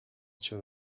echa